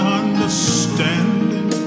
understanding